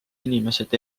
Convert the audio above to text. inimesed